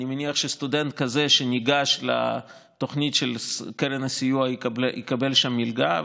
אני מניח שסטודנט כזה שניגש לתוכנית של קרן הסיוע יקבל שם מלגה,